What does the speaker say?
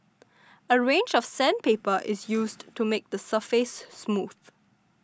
a range of sandpaper is used to make the surface smooth